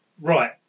Right